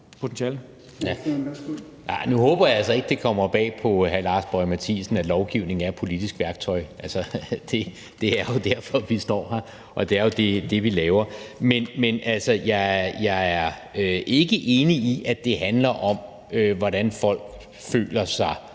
Jørgensen (V): Nu håber jeg altså ikke, at det kommer bag på hr. Lars Boje Mathiesen, at lovgivning er et politisk værktøj. Altså, det er jo derfor, vi står her, og det er jo det, vi laver. Men jeg er ikke enig i, at det handler om, om folk føler sig